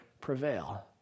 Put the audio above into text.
prevail